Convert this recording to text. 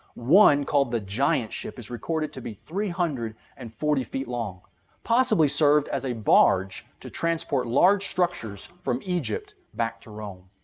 one called the giant ship is recorded to be three hundred and forty feet long possibly served as a barge to transport large structures from egypt back to rome.